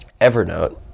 Evernote